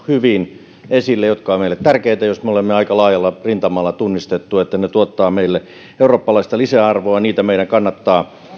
hyvin esille jotka ovat meille tärkeitä ja joista me olemme aika laajalla rintamalla tunnistaneet että ne tuottavat meille eurooppalaista lisäarvoa ja niitä meidän kannattaa